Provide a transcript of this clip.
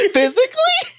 physically